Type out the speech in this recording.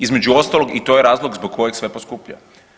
Između ostalog i to je razlog zbog kojeg sve poskupljuje.